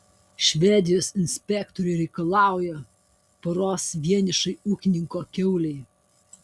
švedijos inspektoriai reikalauja poros vienišai ūkininko kiaulei